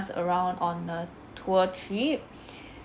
~s around on a tour trip